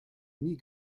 nie